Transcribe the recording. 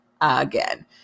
again